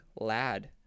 lad